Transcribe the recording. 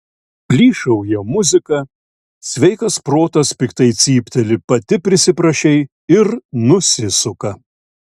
plyšauja muzika sveikas protas piktai cypteli pati prisiprašei ir nusisuka